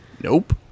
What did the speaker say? Nope